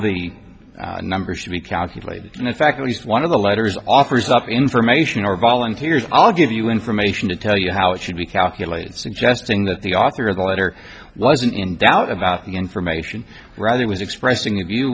the numbers should be calculated and in fact at least one of the letters offers up information or volunteers i'll give you information to tell you how it should be calculated suggesting that the author of the letter wasn't in doubt about the information rather was expressing